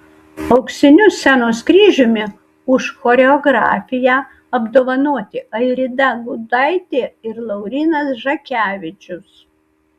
auksiniu scenos kryžiumi už choreografiją apdovanoti airida gudaitė ir laurynas žakevičius